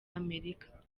amerika